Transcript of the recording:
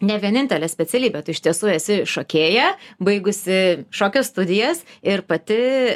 ne vienintelė specialybė tu iš tiesų esi šokėja baigusi šokio studijas ir pati